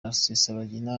rusesabagina